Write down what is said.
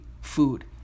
food